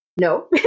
no